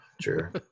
sure